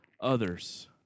others